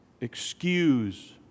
excuse